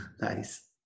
Nice